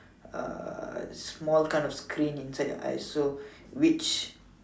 uh small kind of screen inside your eyes so which